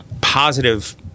positive